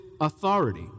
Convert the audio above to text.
authority